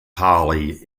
holly